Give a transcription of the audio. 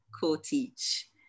co-teach